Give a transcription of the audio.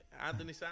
Anthony